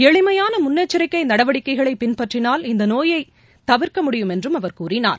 எளிமையானமுன்னெச்சரிக்கைநடவடிக்கைகளைபின்பற்றினால் இந்தநோய் தொற்றினைதவிர்க்க முடியும் என்றும் அவர் கூறியுள்ளார்